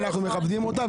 אנחנו מכבדים אותה,